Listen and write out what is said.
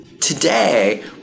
Today